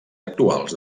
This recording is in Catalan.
actuals